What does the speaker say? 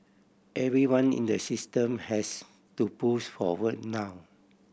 everyone in the system has to push forward now